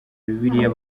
bibiliya